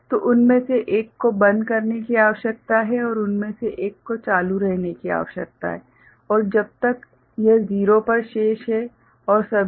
तो उनमें से एक को बंद करने की आवश्यकता है और उनमें से एक को चालू रहने की आवश्यकता है और जब तक यह 0 पर शेष है और सभी